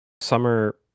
Summer